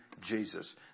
Jesus